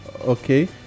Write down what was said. okay